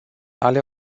ale